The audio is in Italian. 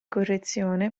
correzione